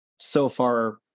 SoFar